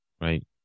Right